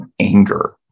anger